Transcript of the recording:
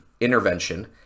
intervention